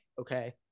okay